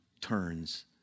turns